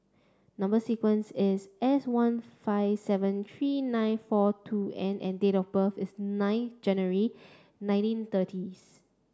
number sequence is S one five seven three nine four two N and date of birth is nine January nineteen thirtieth